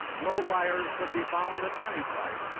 no buyers could be found at any price.